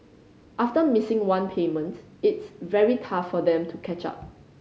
after missing one payment it's very tough for them to catch up